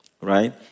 right